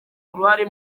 uruhare